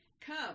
Come